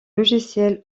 logiciel